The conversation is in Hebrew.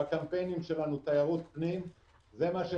אילו אתה במקומנו, איזו החלטה היית מקבל?